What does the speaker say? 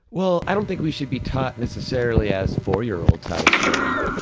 well i don't think we should be taught necessarily as four year olds how to swear.